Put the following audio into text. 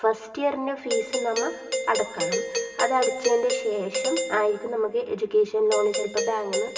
first ഇയറിൻ്റെ fees നമ്മൾ അടക്കണം അത് അടച്ചതിൻ്റെ ശേഷം ആയിരിക്കും നമുക്ക് എഡ്യൂക്കേഷൻ ലോണ് ചിലപ്പോൾ ബാങ്കിൽ നിന്ന്